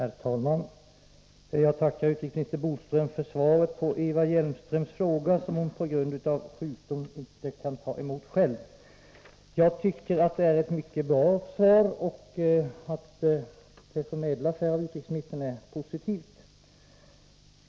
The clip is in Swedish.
Herr talman! Jag tackar utrikesminister Bodström för svaret på Eva Hjelmströms fråga. På grund av sjukdom kan hon inte ta emot det själv. Det är ett mycket bra svar, och det som här meddelas av utrikesministern är positivt.